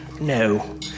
no